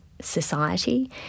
society